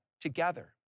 together